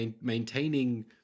maintaining